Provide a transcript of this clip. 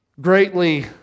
greatly